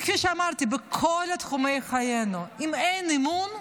כפי שאמרתי, בכל תחומי חיינו אם אין אמון,